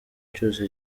cyose